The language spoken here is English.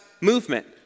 movement